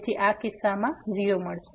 તેથી આ કિસ્સામાં આ 0 છે